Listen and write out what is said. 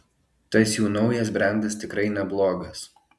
tas jų naujas brendas tikrai neblogas